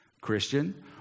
Christian